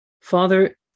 Father